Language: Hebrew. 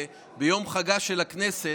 ביום חגה של הכנסת,